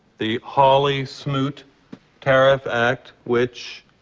the hawley-smoot tariff act, which